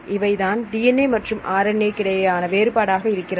இவை தான் DNA மற்றும் RNA இடையேயான வேறுபாடாக இருக்கிறது